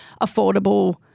affordable